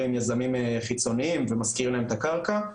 עם יזמים חיצוניים ומשכיר להם את הקרקע.